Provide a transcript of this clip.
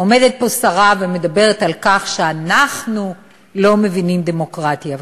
עומדת פה שרה ומדברת על כך שאנחנו לא מבינים דמוקרטיה.